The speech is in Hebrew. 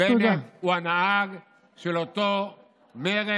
בנט הוא הנהג של אותו מרצ,